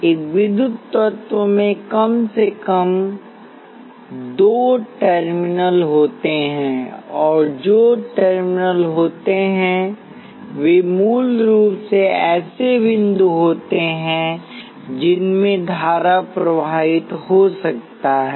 एक विद्युत तत्व में कम से कम दो टर्मिनल होते हैं और जो टर्मिनल होते हैं वे मूल रूप से ऐसे बिंदु होते हैं जिनमेंधारा प्रवाहित हो सकता है